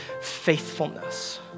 faithfulness